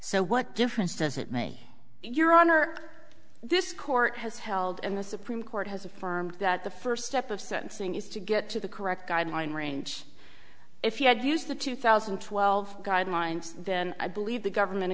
so what difference does it make your honor this court has held and the supreme court has affirmed that the first step of sentencing is to get to the correct guideline range if you had used the two thousand and twelve guidelines then i believe the government